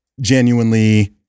genuinely